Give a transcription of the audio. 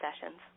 sessions